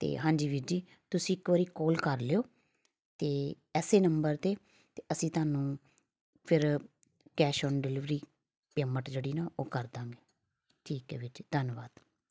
ਅਤੇ ਹਾਂਜੀ ਵੀਰ ਜੀ ਤੁਸੀਂ ਇੱਕ ਵਾਰੀ ਕੋਲ ਕਰ ਲਿਓ ਅਤੇ ਇਸ ਨੰਬਰ 'ਤੇ ਅਤੇ ਅਸੀਂ ਤੁਹਾਨੂੰ ਫਿਰ ਕੈਸ਼ ਔਨ ਡਿਲੀਵਰੀ ਪੇਮੈਂਟ ਜਿਹੜੀ ਨਾ ਉਹ ਕਰ ਦੇਵਾਂਗੇ ਠੀਕ ਹੈ ਵੀਰ ਜੀ ਧੰਨਵਾਦ